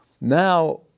now